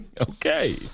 Okay